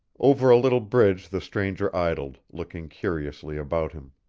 over a little bridge the stranger idled, looking curiously about him.